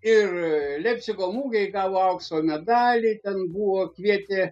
ir leipcigo mugėj gavo aukso medalį ten buvo kvietė